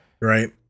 Right